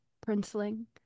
Princeling